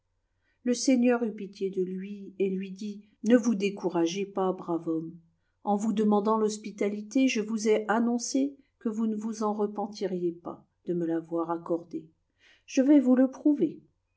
le seigneur eut pitié de lui et lui dit ne vous découragez pas brave homme en vous demandant l'hospitalité je vous ai annoncé que vous ne vous repentiriez pas de me l'avoir accordée je vais vous le prouver